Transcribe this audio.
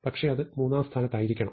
പക്ഷേ അത് 3 ആം സ്ഥാനത്തായിരിക്കണം